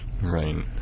Right